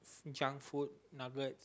junk food nuggets